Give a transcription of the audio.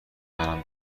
منم